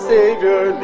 Savior